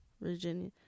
Virginia